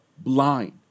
Blind